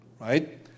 Right